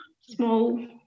small